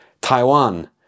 Taiwan